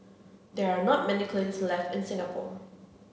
there are not many kilns left in Singapore